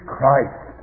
Christ